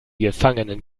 gefangenen